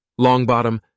Longbottom